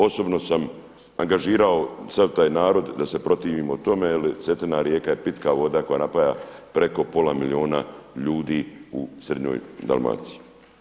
Osobno sam angažirao sav taj narod da se protivimo tome jer je Cetina rijeka je pitka voda koja napaja preko pola milijuna ljudi u srednjoj Dalmaciji.